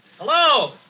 Hello